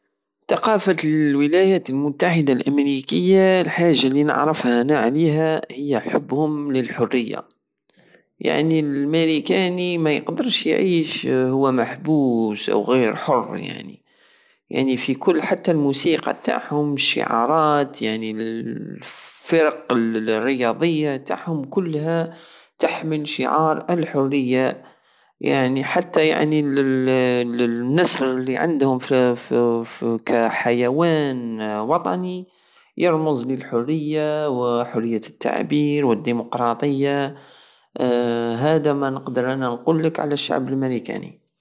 تقافة الولايات المتحدة الامريكية الحاجة الي نعرفها انا عليها هي حبهم للحرية يعني الماريكاني مايقدرش يعيش وهو محبوس وغير حر يعني يعني في كل وحتى الموسيقى تعهم الشعارات يعني الفرق الرياضية تعاعهم كلها تحمل شعار الحرية يعني حتى يعني النسر الي عندهم كحيوان وطني يرمز للحرية وحرية التعبير والديموقراطية وهدا مانقدر انا نقلك على الشعب الماريكاني